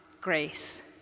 grace